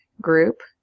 group